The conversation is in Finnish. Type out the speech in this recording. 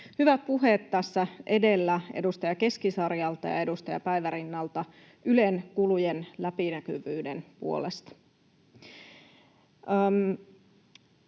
Hyvät puheet tässä edellä edustaja Keskisarjalta ja edustaja Päivärinnalta Ylen kulujen läpinäkyvyyden puolesta.